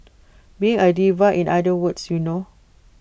being A diva in other words you know